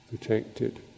protected